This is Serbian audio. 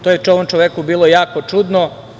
To je ovom čoveku bilo jako čudno.